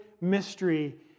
mystery